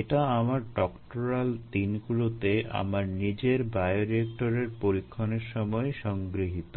এটা আমার ডক্টরালের দিনগুলোতে আমার নিজের বায়োরিয়েক্টরের পরীক্ষণের সময়ই সংগৃহীত